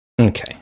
Okay